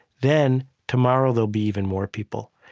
then tomorrow there'll be even more people.